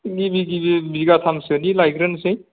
गिबि गिबि बिगाथामसोनि लायग्रोसै